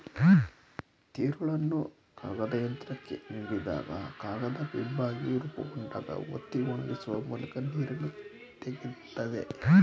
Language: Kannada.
ತಿರುಳನ್ನು ಕಾಗದಯಂತ್ರಕ್ಕೆ ನೀಡಿದಾಗ ಕಾಗದ ವೆಬ್ಬಾಗಿ ರೂಪುಗೊಂಡಾಗ ಒತ್ತಿ ಒಣಗಿಸುವ ಮೂಲಕ ನೀರನ್ನು ತೆಗಿತದೆ